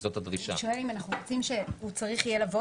אתה שואל אם אנחנו רוצים שהוא יהיה צריך לבוא